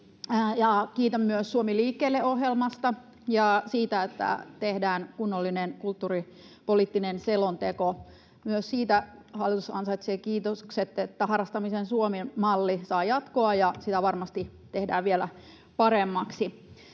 Kiitän myös Suomi liikkeelle ‑ohjelmasta ja siitä, että tehdään kunnollinen kulttuuripoliittinen selonteko. Myös siitä hallitus ansaitsee kiitokset, että harrastamisen Suomen-malli saa jatkoa. Sitä varmasti tehdään vielä paremmaksi.